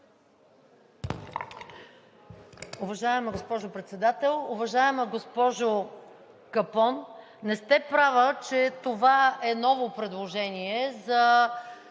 Уважаема госпожо Председател! Уважаема госпожо Капон, не сте права, че това е ново предложение за